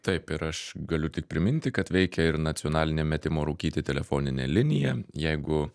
taip ir aš galiu tik priminti kad veikia ir nacionalinė metimo rūkyti telefoninė linija jeigu